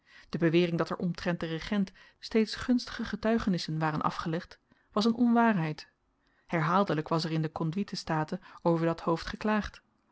de bewering dat er omtrent den regent steeds gunstige getuigenissen waren afgelegd was een onwaarheid herhaaldelyk was er in de conduite staten over dat hoofd geklaagd